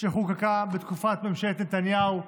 חוקקה בתקופת ממשלת נתניהו,